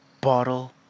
Bottle